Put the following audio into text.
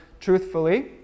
truthfully